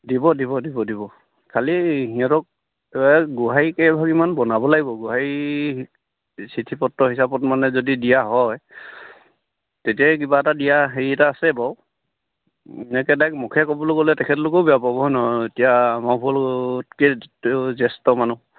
দিব দিব দিব দিব খালি সিহঁতক গোহাৰি কেইভাগিমান বনাব লাগিব গোহাৰি চিঠি পত্ৰ হিচাপত মানে যদি দিয়া হয় তেতিয়াই কিবা এটা দিয়া হেৰি এটা আছে বাৰু এনেকৈ ডাৰেক্ট মুখেৰে ক'বলৈ গ'লে তেখেতলোকেও বেয়া পাব হয় নহয় এতিয়া আমাৰবোৰতকৈতো জ্যেষ্ঠ মানুহ